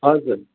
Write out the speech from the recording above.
हजुर